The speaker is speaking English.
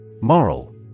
Moral